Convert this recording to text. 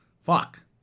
Fuck